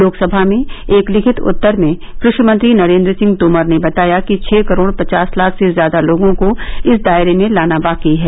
लोकसभा में एक लिखित उत्तर में कृषि मंत्री नरेन्द्र सिंह तोमर ने बताया कि छह करोड़ पचास लाख से ज्यादा लोगों को इस दायरे में लाना बाकी है